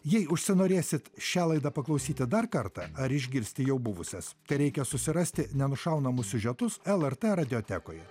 jei užsinorėsit šią laidą paklausyti dar kartą ar išgirsti jau buvusias tereikia susirasti nenušaunamus siužetus lrt radiotekoje